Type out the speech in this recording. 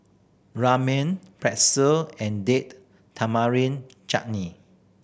Ramen Pretzel and Date Tamarind Chutney